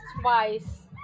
twice